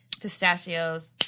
Pistachios